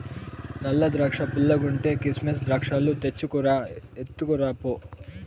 నల్ల ద్రాక్షా పుల్లగుంటే, కిసిమెస్ ద్రాక్షాలు తెచ్చుకు రా, ఎత్తుకురా పో